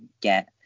get